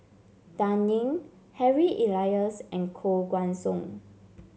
Dan Ying Harry Elias and Koh Guan Song